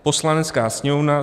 Poslanecká sněmovna